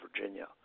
Virginia